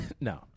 No